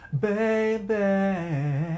baby